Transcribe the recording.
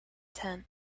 tent